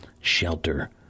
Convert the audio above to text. shelter